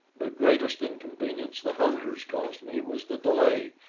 the greatest inconvenience the hunters caused me was the delay,